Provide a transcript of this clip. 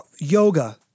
yoga